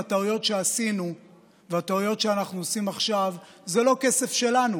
הטעויות שעשינו והטעויות שאנחנו עושים עכשיו זה לא כסף שלנו,